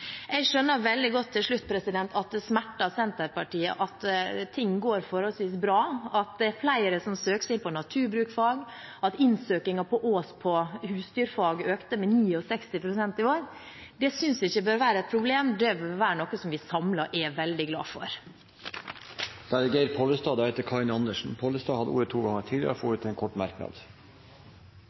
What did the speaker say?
Jeg skjønner veldig godt – til slutt – at det smerter Senterpartiet at ting går forholdsvis bra, at det er flere som søker seg inn på naturbruksfag, at søkningen på husdyrfag på Ås økte med 69 pst. i år. Dette synes jeg ikke bør være et problem, det bør være noe som vi samlet er veldig glad for. Representanten Geir Pollestad har hatt ordet to ganger tidligere og får ordet til en kort merknad,